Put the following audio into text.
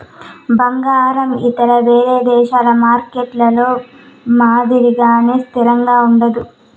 బంగారం ఇతర వేరే దేశాల మార్కెట్లలో మాదిరిగానే స్థిరంగా ఉండదు